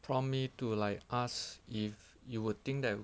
prompt me to like ask if you would think that